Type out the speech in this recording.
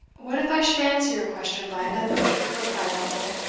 what if i should answer your question by another, replied lovel,